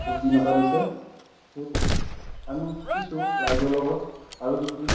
উদ্বিগ্নতা দিছে সেই প্ৰতি আমি শিকিছোঁ ৰাইজৰ লগত আৰু শিকিম